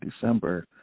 December